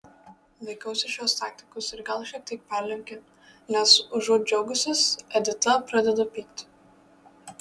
laikausi šios taktikos ir gal šiek tiek perlenkiu nes užuot džiaugusis edita pradeda pykti